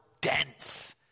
dense